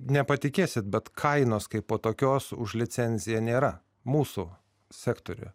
nepatikėsi bet kainos kaipo tokios už licenziją nėra mūsų sektoriuje